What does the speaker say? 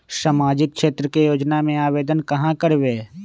सामाजिक क्षेत्र के योजना में आवेदन कहाँ करवे?